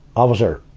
officer,